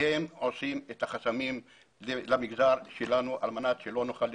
הם עושים את החסמים למגזר שלנו כדי שלא נוכל להתקדם.